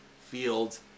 Fields